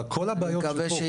אבל כל הבעיות שפה,